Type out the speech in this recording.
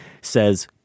says